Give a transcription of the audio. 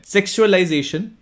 Sexualization